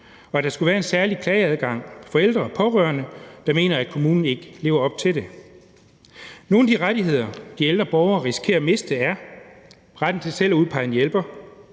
at der skulle være en særlig klageadgang for ældre og pårørende, der mener, at kommunen ikke lever op til det. Nogle af de rettigheder, de ældre borgere risikerer at miste, er retten til selv at udpege en hjælper,